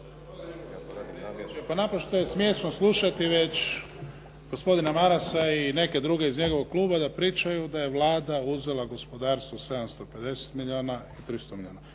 Pa naprosto je smiješno slušati već gospodina Marasa i neke druge iz njegovog kluba da pričaju da je Vlada uzela gospodarstvu 750 milijuna i 300 milijuna.